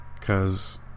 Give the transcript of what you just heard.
cause